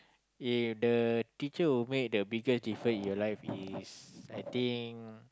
eh the teacher who make the biggest different in your life is I think